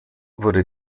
wurde